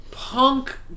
punk